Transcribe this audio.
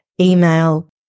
email